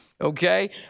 Okay